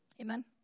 Amen